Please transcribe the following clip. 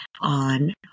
on